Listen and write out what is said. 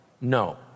No